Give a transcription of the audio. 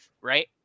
right